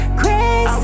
crazy